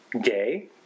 gay